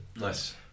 Nice